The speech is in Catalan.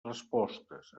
respostes